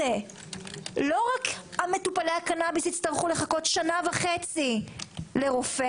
לא רק מטופלי הקנביס הצטרכו לחכות שנה וחצי לרופא,